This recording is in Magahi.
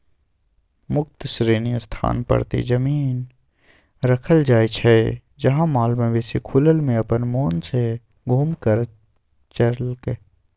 मुक्त श्रेणी स्थान परती जमिन रखल जाइ छइ जहा माल मवेशि खुलल में अप्पन मोन से घुम कऽ चरलक